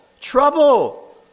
trouble